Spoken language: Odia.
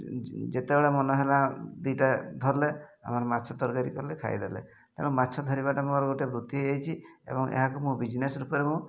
ଯେତେବେଳେ ମନ ହେଲା ଦୁଇଟା ଧରିଲେ ଆମର ମାଛ ତରକାରୀ କଲେ ଖାଇଦେଲେ ତେଣୁ ମାଛ ଧରିବାଟା ମୋର ଗୋଟେ ବୃତ୍ତି ହେଇଛି ଏବଂ ଏହାକୁ ମୁଁ ବିଜିନେସ୍ ରୂପରେ ମୁଁ